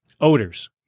odors